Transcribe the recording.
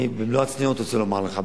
אני במלוא הצניעות רוצה לומר לך,